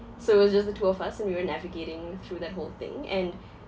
so it was just the two of us and we were navigating through that whole thing and